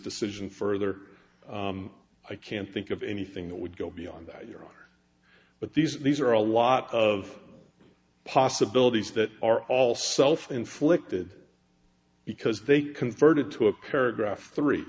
decision further i can't think of anything that would go beyond that your honor but these are a lot of possibilities that are all self inflicted because they converted to a paragraph three